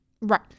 Right